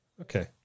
okay